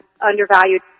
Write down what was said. undervalued